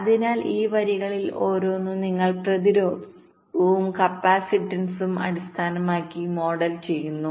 അതിനാൽ ഈ വരികളിൽ ഓരോന്നും നിങ്ങൾ പ്രതിരോധവും കപ്പാസിറ്റൻസും അടിസ്ഥാനമാക്കി മോഡൽ ചെയ്യുന്നു